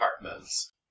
apartments